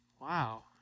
Wow